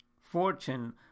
Fortune